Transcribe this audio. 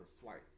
flight